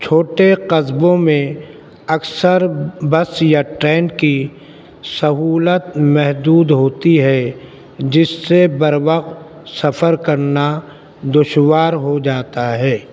چھوٹے قصبوں میں اکثر بس یا ٹرین کی سہولت محدود ہوتی ہے جس سے بر وقت سفر کرنا دشوار ہو جاتا ہے